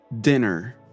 Dinner